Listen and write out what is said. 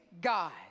God